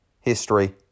history